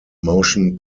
motion